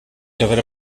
gyfer